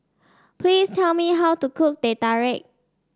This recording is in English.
please tell me how to cook Teh Tarik